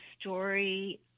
story